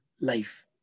life